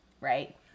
Right